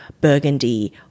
Burgundy